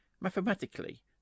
mathematically